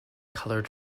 colored